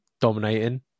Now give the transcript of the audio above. dominating